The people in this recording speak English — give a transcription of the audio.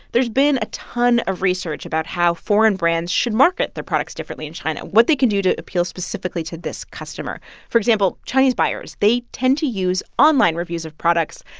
there's been a ton of research about how foreign brands should market their products differently in china, what they can do to appeal specifically to this customer for example, chinese buyers they tend to use online reviews of products,